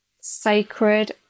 sacred